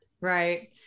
Right